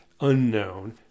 unknown